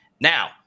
now